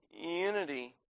unity